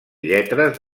lletres